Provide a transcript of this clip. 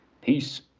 Peace